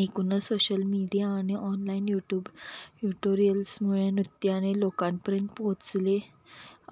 एकूणच social media आणि online YouTube ट्युटोरियल्समुळे नृत्याने लोकांपर्यंत पोचले